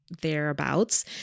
thereabouts